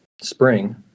spring